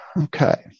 Okay